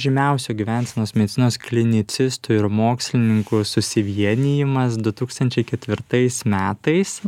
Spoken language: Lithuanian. žymiausių gyvensenos medicinos klinicistų ir mokslininkų susivienijimas du tūkstančiai ketvirtais metais